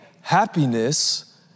Happiness